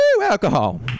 alcohol